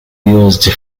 used